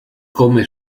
come